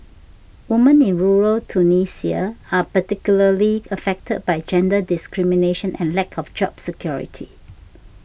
women in rural Tunisia are particularly affected by gender discrimination and lack of job security